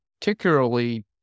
particularly